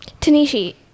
Tanishi